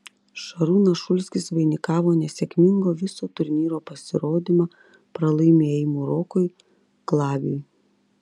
šarūnas šulskis vainikavo nesėkmingą viso turnyro pasirodymą pralaimėjimu rokui klabiui